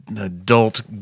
adult